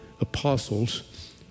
apostles